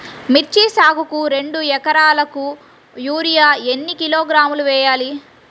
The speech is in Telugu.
మిర్చి సాగుకు రెండు ఏకరాలకు యూరియా ఏన్ని కిలోగ్రాములు వేయాలి?